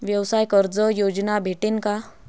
व्यवसाय कर्ज योजना भेटेन का?